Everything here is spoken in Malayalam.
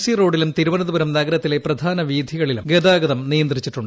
സി റോഡിലും തിരുവനന്തപുരം നഗരത്തിലെ പ്രധാന വീഥികളിലും ഗതാഗതം നിയന്ത്രിച്ചിട്ടുണ്ട്